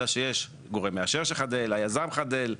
אלא שיש גורם מאשר שחדל, היזם חדל.